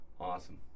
Awesome